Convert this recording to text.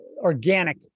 organic